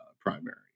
primary